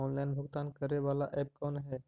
Online भुगतान करे बाला ऐप कौन है?